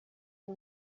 iya